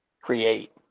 Create